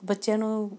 ਬੱਚਿਆਂ ਨੂੰ